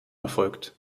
erfolgt